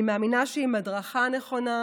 אני מאמינה שעם הדרכה נכונה,